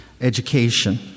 education